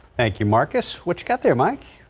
thank you. marcus, which got there mike.